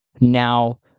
now